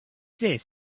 this